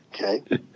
Okay